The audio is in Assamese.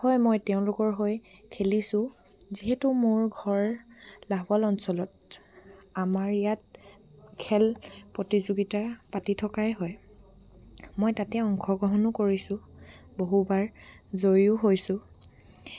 হয় মই তেওঁলোকৰ হৈ খেলিছোঁ যিহেতু মোৰ ঘৰ লাহোৱাল অঞ্চলত আমাৰ ইয়াত খেল প্ৰতিযোগিতা পাতি থকাই হয় মই তাতে অংশগ্ৰহণো কৰিছোঁ বহুবাৰ জয়ো হৈছোঁ